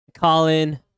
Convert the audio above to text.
Colin